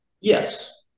Yes